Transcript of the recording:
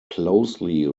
closely